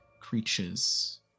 creature's